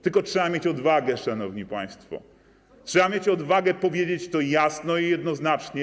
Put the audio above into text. Tylko trzeba mieć odwagę, szanowni państwo, trzeba mieć odwagę powiedzieć to jasno i jednoznacznie.